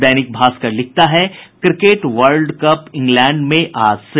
दैनिक भास्कर लिखता है cricket world cup England में आज से